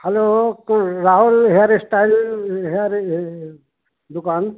hello कोई Rahul hair style hair है दुकान